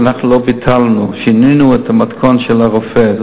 שאנחנו לא ביטלנו, שינינו את המתכונת של הרופא.